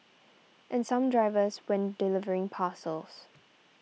and some drivers when delivering parcels